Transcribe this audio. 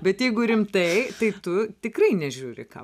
bet jeigu rimtai tai tu tikrai nežiūri ką